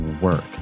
work